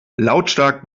lautstark